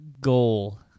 goal